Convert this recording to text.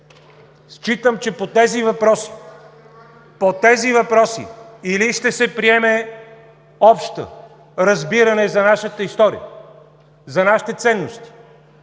Считам, че по тези въпроси или ще се приеме общо разбиране за нашата история, за нашите ценности